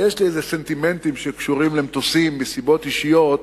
ויש לי סנטימנטים שקשורים למטוסים מסיבות אישיות,